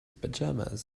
pajamas